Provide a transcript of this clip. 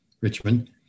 Richmond